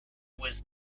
was